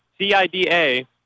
CIDA